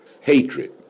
hatred